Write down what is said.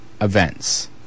Events